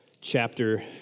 chapter